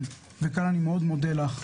ומאוד מאוד להודות לך.